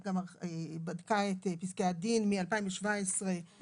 בדקה את פסקי הדין משנת 2017,